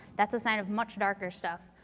that's a sign of much darker stuff.